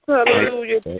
Hallelujah